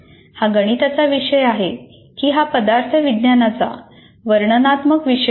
हा गणिताचा विषय आहे की हा पदार्थ विज्ञानाचा वर्णनात्मक विषय आहे